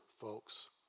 folks